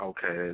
Okay